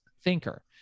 thinker